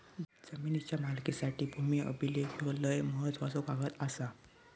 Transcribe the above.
जमिनीच्या मालकीसाठी भूमी अभिलेख ह्यो लय महत्त्वाचो कागद आसा